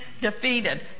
defeated